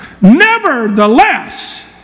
Nevertheless